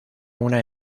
una